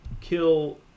kill